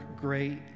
great